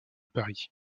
paris